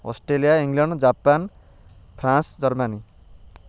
Australia England Japan France Germany